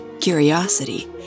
curiosity